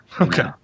Okay